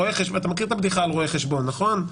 אתה מכיר את הבדיחה על רואי החשבון, נכון?